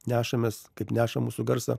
nešamės kaip neša mūsų garsą